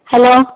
hello